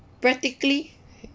practically